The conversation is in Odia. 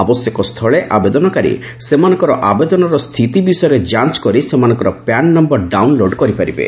ଆବଶ୍ୟକ ସ୍ଥଳେ ଆବେଦନକାରୀ ସେମାନଙ୍କର ଆବେଦନର ସ୍ଥିତି ବିଷୟରେ ଯାଞ୍ଚ କରି ସେମାନଙ୍କର ପ୍ୟାନ୍ ନମ୍ଘର ଡାଉନ୍ଲୋଡ୍ କରିପାରିବେ